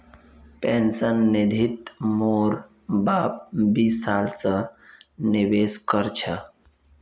pension निधित मोर बाप बीस साल स निवेश कर छ